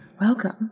Welcome